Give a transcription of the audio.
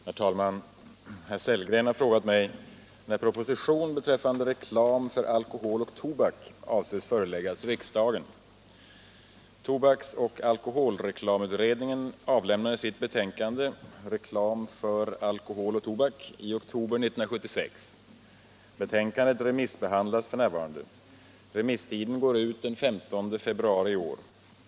Herr talman! Herr Sellgren har frågat mig när proposition beträffande reklam för alkohol och tobak avses föreläggas riksdagen. Tobaks och alkoholreklamutredningen avlämnade sitt betänkande Reklam för alkohol och tobak i oktober 1976. Betänkandet remissbehandlas f.n. Remisstiden går ut den 15 februari i år.